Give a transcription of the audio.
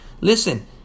Listen